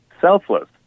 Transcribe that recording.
selfless